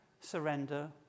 surrender